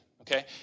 okay